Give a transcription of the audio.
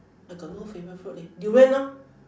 I got no favourite fruit leh durian lor